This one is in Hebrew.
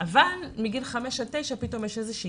אבל מגיל חמש עד תשע יש פתאום איזושהי